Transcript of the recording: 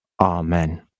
Amen